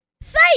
Say